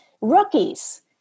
rookies